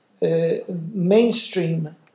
mainstream